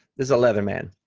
this is a leatherman.